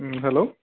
hello